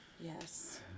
Yes